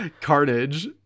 Carnage